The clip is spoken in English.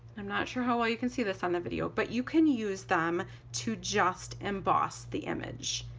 i'm not sure how well you can see this on the video, but you can use them to just emboss the image